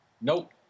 Nope